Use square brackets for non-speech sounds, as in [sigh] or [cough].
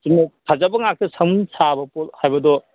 [unintelligible] ꯐꯖꯕ ꯉꯥꯛꯇ ꯁꯥꯃꯨ ꯁꯥꯕ ꯄꯣꯠ ꯍꯥꯏꯕꯗꯣ